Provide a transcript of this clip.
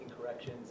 corrections